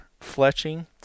fletching